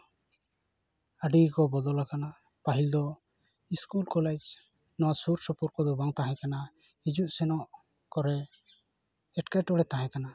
ᱟᱹᱰᱤ ᱠᱚ ᱵᱚᱫᱚᱞᱟᱠᱟᱱᱟ ᱯᱟᱹᱦᱤᱞ ᱫᱚ ᱤᱥᱠᱩᱞ ᱠᱚᱞᱮᱡᱽ ᱱᱚᱣᱟ ᱥᱩᱨ ᱥᱩᱯᱩᱨ ᱠᱚᱨᱮ ᱫᱚ ᱵᱟᱝ ᱛᱟᱦᱮᱸᱠᱟᱱᱟ ᱦᱤᱡᱩᱜ ᱥᱮᱱᱚᱜ ᱠᱚᱨᱮ ᱮᱴᱠᱮᱴᱚᱬᱮ ᱛᱟᱦᱮᱸᱠᱟᱱᱟ